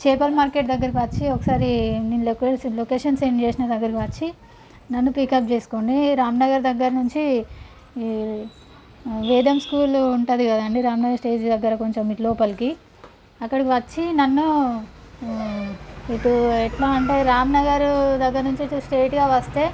చేపల మార్కెట్ దగ్గరకు వచ్చి ఒకసారి నేను లొకేషన్ సెండ్ చేసిన దగ్గరకు వచ్చి నన్ను పిక్ అప్ చేసుకొని రాంనగర్ నుంచి వచ్చి వేదం స్కూలు ఉంటది కదండి రాంనగర్ స్టేజీ దగ్గర ఇటు కొంచెం లోపలకి అక్కడికి వచ్చి నన్ను ఇటు ఎట్లా అంటే రాంనగర్ నుంచి వచ్చేసి ఇటు స్ట్రైట్గా వస్తే